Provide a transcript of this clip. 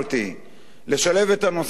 לשלב את הנושא האירני,